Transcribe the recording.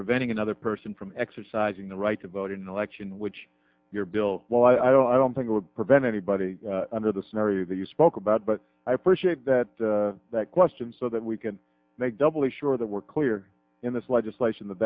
preventing another person from exercising the right to vote in an election which your bill well i don't think it would prevent anybody under the scenario that you spoke about but i appreciate that that question so that we can make doubly sure that we're clear in this legislation that